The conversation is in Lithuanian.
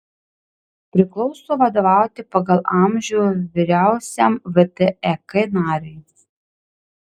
priklauso vadovauti pagal amžių vyriausiam vtek nariui